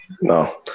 No